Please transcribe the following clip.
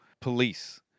police